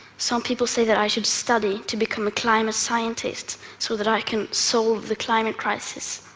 some people say that i should study to become a climate scientist so that i can solve the climate crisis.